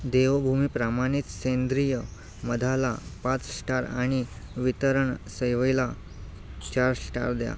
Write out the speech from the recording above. देवभूमी प्रमाणित सेंद्रिय मधाला पाच स्टार आणि वितरण सेवेला चार स्टार द्या